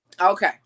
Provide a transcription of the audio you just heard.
Okay